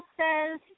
says